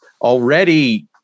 already